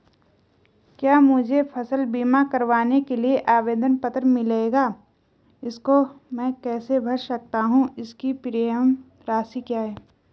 क्या मुझे फसल बीमा करवाने के लिए आवेदन पत्र मिलेगा इसको मैं कैसे भर सकता हूँ इसकी प्रीमियम राशि क्या है?